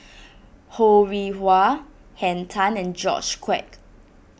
Ho Rih Hwa Henn Tan and George Quek